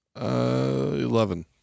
Eleven